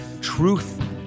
truth